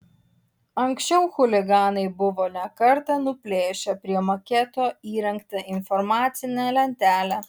anksčiau chuliganai buvo ne kartą nuplėšę prie maketo įrengtą informacinę lentelę